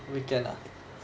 weekend ah